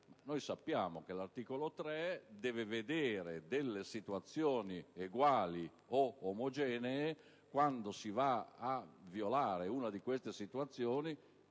Noi sappiamo che tale articolo si riferisce a situazioni eguali o omogenee e quando si va a violare una di queste situazioni,